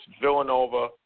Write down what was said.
Villanova